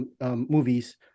movies